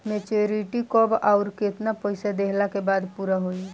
Maturity कब आउर केतना पईसा देहला के बाद पूरा होई?